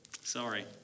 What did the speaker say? Sorry